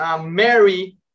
Mary